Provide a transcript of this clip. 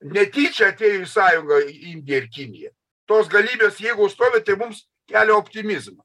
netyčia atėjo į sąjungą indija ir kinija tos galybės jeigu stovi tai mums kelia optimizmą